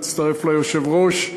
אני מצטרף ליושב-ראש.